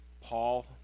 Paul